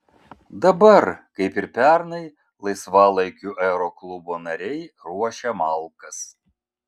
dabar kaip ir pernai laisvalaikiu aeroklubo nariai ruošia malkas